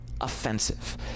offensive